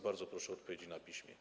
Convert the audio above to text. Bardzo proszę o odpowiedzi na piśmie.